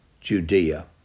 Judea